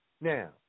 Now